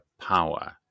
power